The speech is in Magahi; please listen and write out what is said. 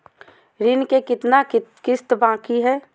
ऋण के कितना किस्त बाकी है?